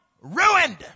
ruined